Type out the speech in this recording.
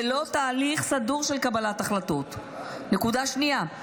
ללא תהליך סדור של קבלת החלטות"; נקודה שנייה: